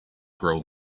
grow